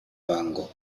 vango